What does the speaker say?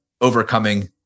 overcoming